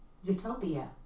Zootopia